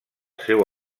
seu